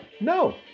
No